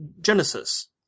Genesis